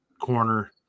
corner